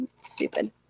Stupid